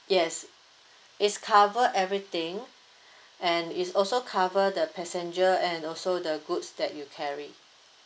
yes it's cover everything and it's also cover the passenger and also the goods that you carry